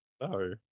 No